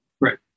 right